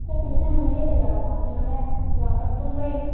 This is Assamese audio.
একো অসুবিধা নহ'লেই হ'ল আৰু মই আপোনালে যোৱাৰ আগত ফোন কৰিম